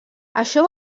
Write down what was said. això